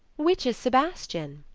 which is sebastian?